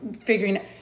figuring